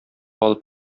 алып